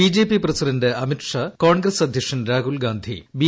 BJP president Amit Shah Congress അദ്ധ്യക്ഷൻ Rahul Gandhi B